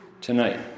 tonight